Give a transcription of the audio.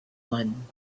one